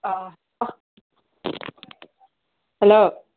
ꯑꯥ hello